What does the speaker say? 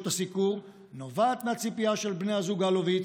הסיקור נובעת מהציפייה של בני הזוג אלוביץ'